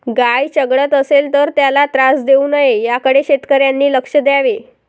गाय चघळत असेल तर त्याला त्रास देऊ नये याकडे शेतकऱ्यांनी लक्ष द्यावे